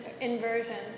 inversions